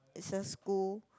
business school